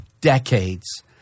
decades